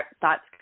thoughts